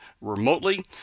remotely